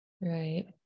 Right